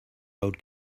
old